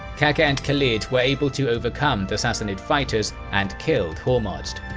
qaqa and khalid were able to overcome the sassanid fighters and killed hormozd.